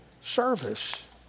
service